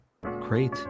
great